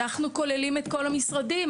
אנחנו כוללים את כל המשרדים.